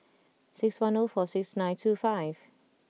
six one zero four six nine two five